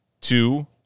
Two